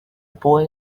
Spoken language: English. boy